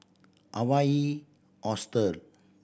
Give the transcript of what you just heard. Hawaii Hostel